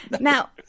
Now